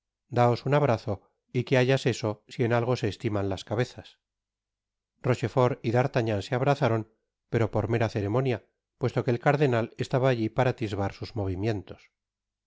daos un abrazo y que haya seso si en algo se estiman las cabezas rochefort y d'artagnan se abrazaron pero por mera ceremonia puesto que el cardenal estaba alli para atisbar sus movimientos